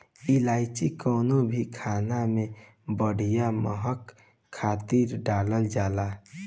इलायची कवनो भी खाना में बढ़िया महक खातिर डालल जाला